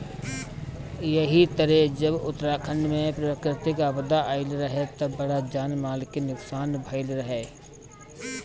एही तरे जब उत्तराखंड में प्राकृतिक आपदा आईल रहे त बड़ा जान माल के नुकसान भईल रहे